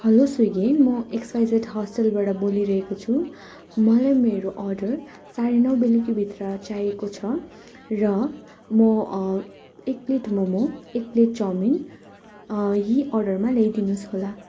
hello Swiggy म XYZ होस्टेलबाट बोलिरहेको छु मलाई मेरो अर्डर साढे नौ बेलुकीभित्र चाहिएको छ र म एक प्लेट मोमो एक प्लेट चाउमिन यी अर्डरमा ल्याइदिनुहोस् होला